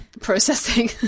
processing